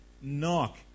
knock